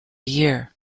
year